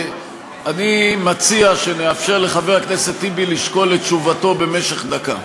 אני מציע שנאפשר לחבר הכנסת טיבי לשקול את תשובתו במשך דקה.